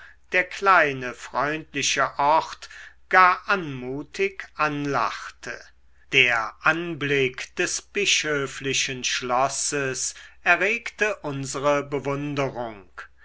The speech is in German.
der kleine freundliche ort gar anmutig anlachte der anblick des bischöflichen schlosses erregte unsere bewunderung